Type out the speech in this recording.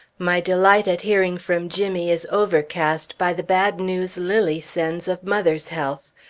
my delight at hearing from jimmy is overcast by the bad news lilly sends of mother's health.